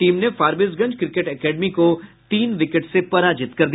team ने Forbesganj cricket academy को तीन विकेट से पराजित किया